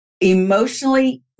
emotionally